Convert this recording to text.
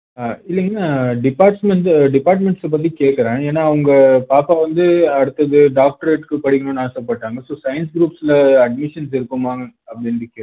இல்லைங்கன்னா departments டிப்பார்ட்மெண்ட்ஸ்ஸை பற்றி கேட்குற ஏன்னா அங்கே பாப்பா வந்து அடுத்தது டாக்டரேட்க்கு படிக்கணும்னு ஆசைப்பட்டாங்க ஸோ சயின்ஸ் குரூப்ஸ்ல அட்மிஷன்ஸ் இருக்குமான்னு அப்படின்ட்டு கேட்டேன்